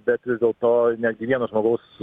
bet visdėl to netgi vieno žmogaus